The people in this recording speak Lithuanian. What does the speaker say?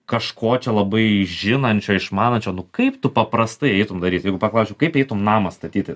kažko čia labai žinančio išmanančio nu kaip tu paprastai eitum daryt jeigu paklausčiau kaip eitum namą statyti